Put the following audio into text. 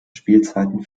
spielzeiten